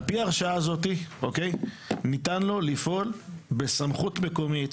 על פי ההרשאה הזאת ניתן לפעול בסמכות מקומית,